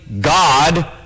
God